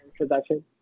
introduction